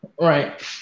Right